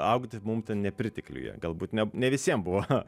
augti mum ten nepritekliuje galbūt ne ne visiem buvo